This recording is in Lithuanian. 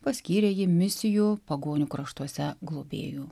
paskyrė jį misijų pagonių kraštuose globėju